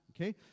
okay